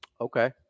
Okay